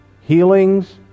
healings